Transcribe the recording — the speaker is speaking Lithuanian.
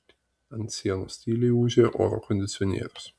ant sienos tyliai ūžė oro kondicionierius